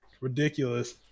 Ridiculous